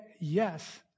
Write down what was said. yes